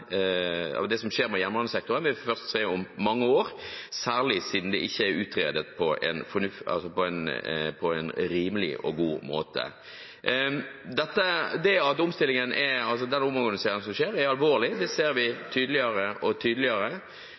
av det som skjer på jernbanesektoren, vil vi først se om mange år, særlig siden det ikke er utredet på en rimelig og god måte. Den omorganiseringen som skjer, er alvorlig, og det ser vi tydeligere og tydeligere.